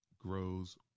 grows